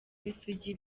w’isugi